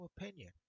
opinion